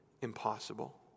impossible